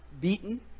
beaten